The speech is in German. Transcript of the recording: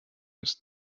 ist